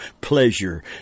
pleasure